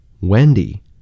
Wendy